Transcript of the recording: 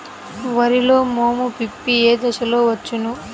వరిలో మోము పిప్పి ఏ దశలో వచ్చును?